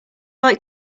like